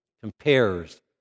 compares